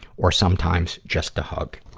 or sometimes, just a hug.